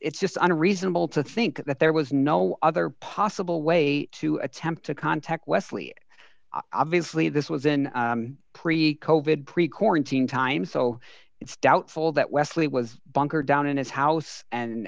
it's just an unreasonable to think that there was no other possible way to attempt to contact leslie obviously this was in pre cove it pre quarantine time so it's doubtful that wesley was bunkered down in his house and